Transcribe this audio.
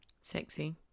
sexy